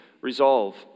resolve